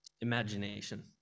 imagination